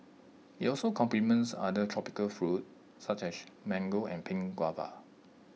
IT also complements other tropical fruit such as mango and pink guava